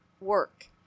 work